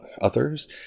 others